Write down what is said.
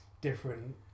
different